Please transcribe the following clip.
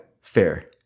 fair